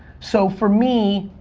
so for me,